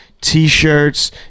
t-shirts